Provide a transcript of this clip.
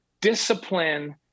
discipline